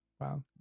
wow